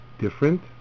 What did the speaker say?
different